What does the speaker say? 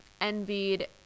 envied